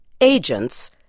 Agents